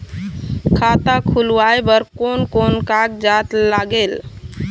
खाता खुलवाय बर कोन कोन कागजात लागेल?